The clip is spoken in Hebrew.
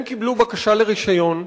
הם קיבלו בקשה לרשיון.